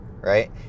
right